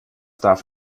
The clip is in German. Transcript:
darf